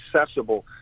accessible